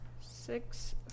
Six